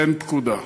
תן פקודה.